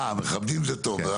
אה, מכבדים זה טוב.